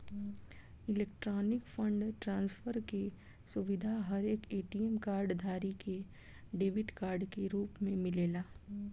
electronic fund transfer के सुविधा हरेक ए.टी.एम कार्ड धारी के डेबिट कार्ड के रूप में मिलेला